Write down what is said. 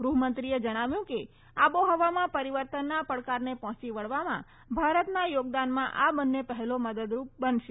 ગૃહમંત્રીએ જણાવ્યું હતું કે આબોહવામાં પરિવર્તનના પડકારને પહોંચી વળવામાં ભારતના યોગદાનમાં આ બંને પહેલો મદદરૂપ બનશે